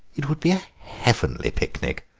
it would be a heavenly picnic.